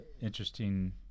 interesting